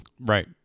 right